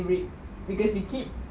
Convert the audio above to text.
because we keep